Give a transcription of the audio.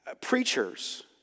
preachers